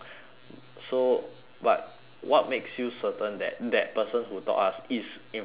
so but what makes you certain that that person who taught us is in fact correct